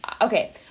okay